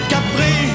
Capri